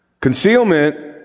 Concealment